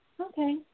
Okay